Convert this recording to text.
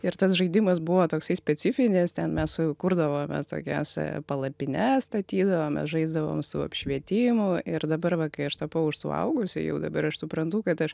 ir tas žaidimas buvo toksai specifinis ten mes kurdavomės tokias palapines statydavome žaisdavom su apšvietimu ir dabar va kai aš tapau suaugusia jau dabar aš suprantu kad aš